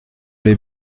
les